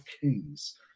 Kings